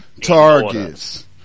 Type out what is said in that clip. Target's